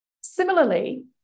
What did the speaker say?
Similarly